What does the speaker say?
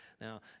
Now